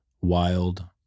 wild